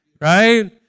right